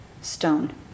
stone